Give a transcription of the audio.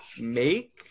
Make